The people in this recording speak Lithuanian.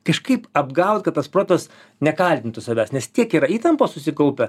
kažkaip apgaut kad tas protas nekaltintų savęs nes tiek yra įtampos susikaupę